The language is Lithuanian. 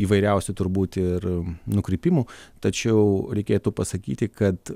įvairiausių turbūt ir nukrypimų tačiau reikėtų pasakyti kad